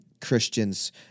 Christians